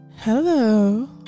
hello